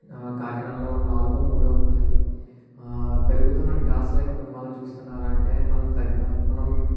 కాకినాడలో నాలుగో మూడో ఉన్నాయి పెరుగుతున్న దాసరి కుటుంబాల చూస్తున్నారు అంటే మనం తెగ మనం